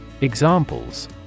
Examples